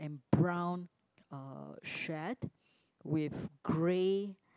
and brown uh shed with grey